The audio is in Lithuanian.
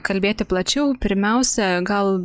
kalbėti plačiau pirmiausia gal